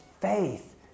faith